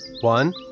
One